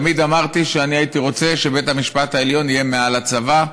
תמיד אמרתי שהייתי רוצה שבית המשפט העליון יהיה מעל הצבא,